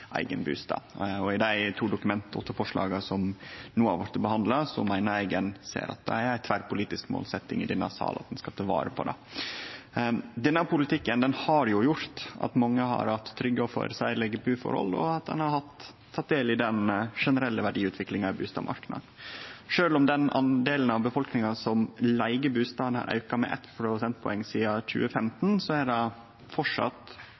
eigen bustad. I dei to Dokument 8-forslaga som no har blitt behandla, meiner eg ein ser at det er ei tverrpolitisk målsetjing i denne salen at ein skal ta vare på det. Denne politikken har gjort at mange har hatt trygge og føreseielege buforhold, og at ein har teke del i den generelle verdiutviklinga i bustadmarknaden. Sjølv om den andelen av befolkninga som leiger bustad, har auka med 1 prosentpoeng sidan